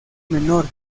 menor